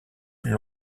plus